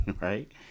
right